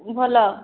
ଭଲ